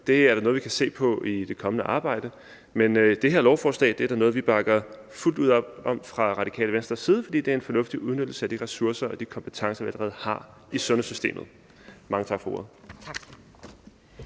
er da noget, vi kan se på i det kommende arbejde. Men det her lovforslag er da noget, vi bakker fuldt ud op om fra Radikale Venstres side, fordi det er en fornuftig udnyttelse af de ressourcer og de kompetencer, man allerede har i sundhedssystemet. Mange tak for ordet.